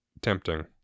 tempting